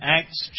Acts